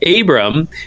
Abram